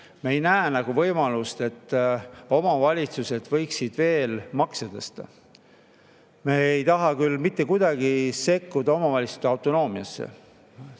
me ei näe võimalust, et omavalitsused võiksid veel makse tõsta. Me ei taha mitte kuidagi sekkuda omavalitsuste autonoomiasse